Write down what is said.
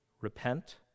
repent